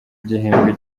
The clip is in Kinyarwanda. gihembwe